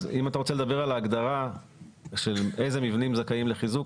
אם אתה רוצה לדבר על ההגדרה של איזה מבנים זכאים לחיזוק.